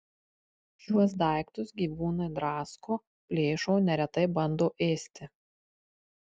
šiuos daiktus gyvūnai drasko plėšo neretai bando ėsti